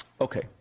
okay